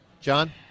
John